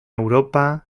europa